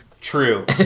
true